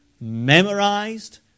memorized